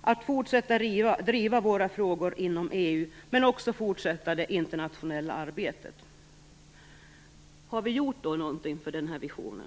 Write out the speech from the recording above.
att fortsätta driva våra frågor inom EU men också att fortsätta det internationella arbetet. Har vi gjort något för denna vision?